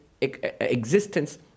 existence